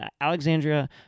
Alexandria